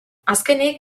azkenik